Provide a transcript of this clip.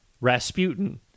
Rasputin